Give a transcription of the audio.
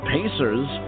Pacers